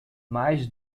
mais